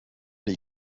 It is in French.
les